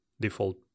default